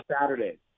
Saturday